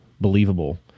believable